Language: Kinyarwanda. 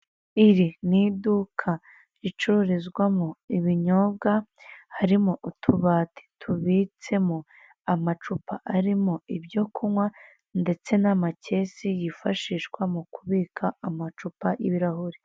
Iri n iduka ricururizwamo ibinyobwa harimo, harimo utubati tubitsemo amacupa arimo byo kunywa, ndetse n'amakesi yfashishwa mu kubik amacupa y'ibirahure.